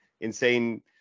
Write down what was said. insane